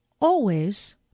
Always